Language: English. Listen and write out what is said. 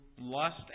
lust